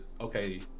okay